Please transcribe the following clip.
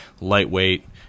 lightweight